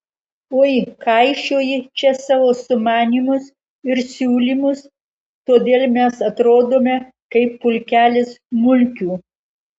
ui kaišioji čia savo sumanymus ir siūlymus todėl mes atrodome kaip pulkelis mulkių